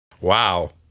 Wow